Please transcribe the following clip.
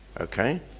Okay